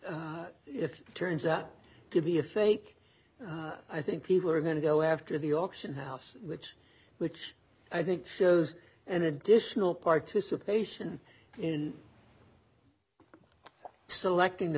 if it turns out to be a fake i think people are going to go after the auction house which which i think shows an additional participation in selecting the